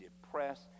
depressed